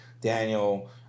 Daniel